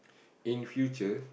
in future